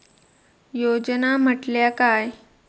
योजना म्हटल्या काय?